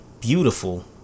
beautiful